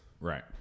Right